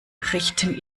richten